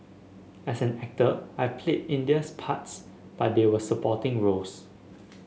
as an actor I played Indian's parts but they were supporting roles